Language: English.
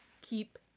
keep